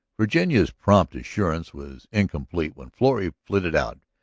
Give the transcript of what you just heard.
virginia's prompt assurance was incomplete when florrie flitted out,